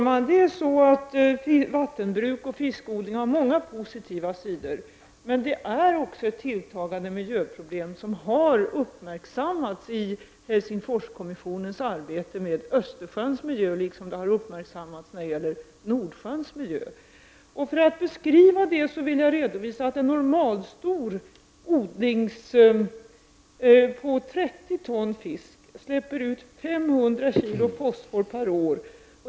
Herr talman! Vattenbruk och fiskodling har många positiva sidor. Men dessa verksamheter innebär också ett tilltagande miljöproblem, och detta har uppmärksammats i Helsingforskommissionens arbete med Östersjöns miljö liksom när det gäller Nordsjöns miljö. Jag vill beskriva detta genom att redovisa att en normalstor odling omfattande 30 ton fisk släpper ut 500 kilo fosfor per år.